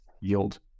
yield